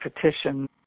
petition